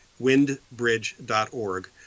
windbridge.org